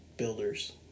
builders